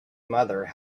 mother